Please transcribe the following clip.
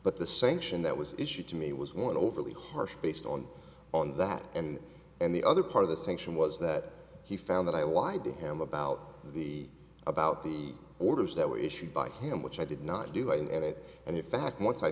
but the sanction that was issued to me was one overly harsh based on on that and and the other part of the sanction was that he found that i lied to him about the about the orders that were issued by him which i did not do and it and in fact once i